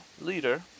leader